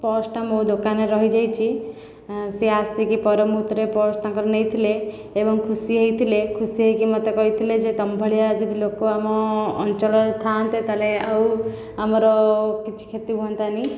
ପର୍ସଟା ମୋ ଦୋକାନରେ ରହିଯାଇଛି ସେ ଆସିକି ପରମୂହୁର୍ତ୍ତରେ ପର୍ସ ତାଙ୍କର ନେଇଥିଲେ ଏବଂ ଖୁସି ହେଇଥିଲେ ଖୁସି ହେଇକି ମୋତେ କହିଥିଲେ ଯେ ତମ ଭଳିଆ ଯଦି ଲୋକ ଆମ ଅଞ୍ଚଳରେ ଥାଆନ୍ତେ ତାହେଲେ ଆଉ ଆମର କିଛି କ୍ଷତି ହୁଅନ୍ତା ନି